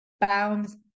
bounds